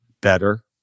better